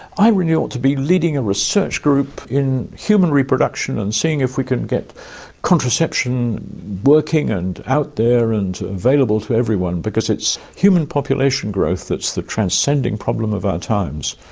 i really ought to be leading a research group in human reproduction and seeing if we can get contraception working and out there and available to everyone. it's human population growth that's the transcending problem of our times.